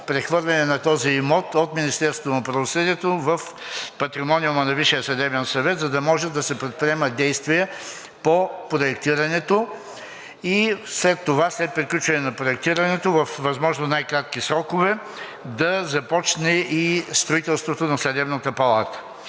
прехвърляне на този имот от Министерството на правосъдието в патримониума на Висшия съдебен съвет, за да може да се предприемат действия по проектирането и след приключване на проектирането във възможно най-кратки срокове да започне и строителството на Съдебната палата.